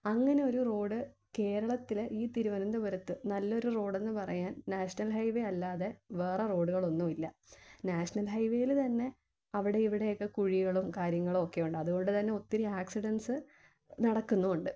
അങ്ങനൊരു റോഡ് കേരളത്തിൽ ഈ തിരുവനന്തപുരത്ത് നല്ലൊരു റോഡെന്ന് പറയാൻ നാഷണൽ ഹൈ വെ അല്ലാതെ വേറെ റോഡുകളൊന്നുവില്ല നാഷണൽ ഹൈ വേല് തന്നെ അവിടെയിവിടെയൊക്കെ കുഴികളും കാര്യങ്ങളുവൊക്കെയുണ്ട് അതുകൊണ്ട് തന്നെ ഒത്തിരി ആക്സിഡൻറ്റ്സ്സ് നടക്കുന്നുമുണ്ട്